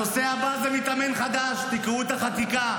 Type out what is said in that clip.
הנושא הבא הוא מתאמן חדש, תקראו את החקיקה.